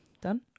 done